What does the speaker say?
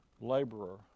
laborer